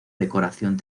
decoración